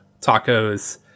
tacos